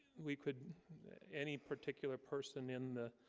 we could any particular person in the